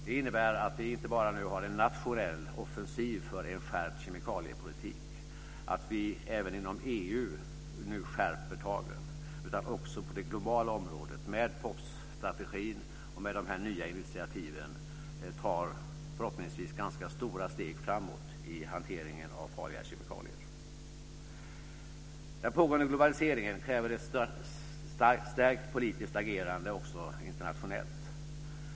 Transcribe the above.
Det innebär att vi nu inte bara har en nationell offensiv för en skärpt kemikaliepolitik, att vi även inom EU nu skärper tagen, utan att vi också på det lokala området med POPS-strategin och de nya initiativen tar förhoppningsvis ganska stora steg framåt i hanteringen av farliga kemikalier. Den pågående globaliseringen kräver ett stärkt politisk agerande också internationellt.